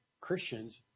Christians